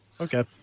Okay